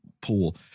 pool